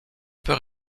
peur